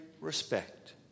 respect